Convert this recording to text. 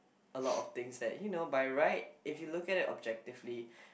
a lot of things that you know by right if you look at it objectively